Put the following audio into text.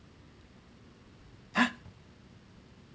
!huh!